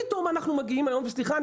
פתאום אנחנו מגיעים היום וסליחה,